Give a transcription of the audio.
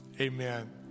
Amen